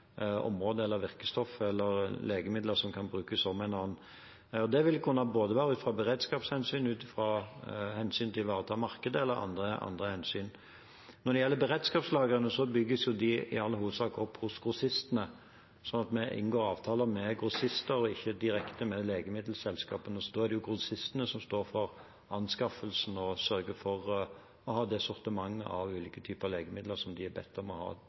virkestoff eller legemidler som kan brukes om hverandre. Det vil kunne være ut fra både beredskapshensyn, hensynet til å ivareta markedet eller andre hensyn. Når det gjelder beredskapslagrene, bygges de i all hovedsak opp hos grossistene, slik at vi inngår avtaler med grossister og ikke direkte med legemiddelselskapene. Da er det grossistene som står for anskaffelsen og for å sørge for å ha det sortimentet av ulike typer legemidler som de er bedt om å ha